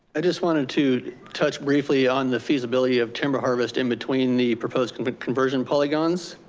i just wanted to touch briefly on the feasibility of timber harvest in between the proposed and but conversion polygons.